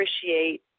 appreciate